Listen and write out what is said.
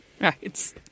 Right